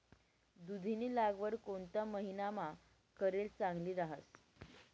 दुधीनी लागवड कोणता महिनामा करेल चांगली रहास